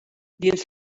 dins